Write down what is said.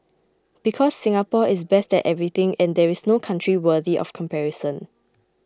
because Singapore is best at everything and there is no country worthy of comparison